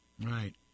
Right